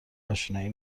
آشنایی